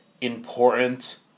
important